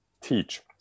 teach